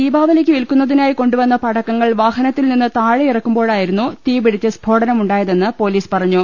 ദീപാവലിക്ക് വിൽക്കുന്ന തിനായി കൊണ്ടുവന്ന പടക്കങ്ങൾ വാഹനത്തിൽ നിന്ന് താഴെ ഇറക്കു മ്പോഴായിരുന്നു തീപിടിച്ച് സ്ഫോടനമുണ്ടായതെന്ന് പൊലീസ് പറഞ്ഞു